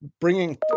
bringing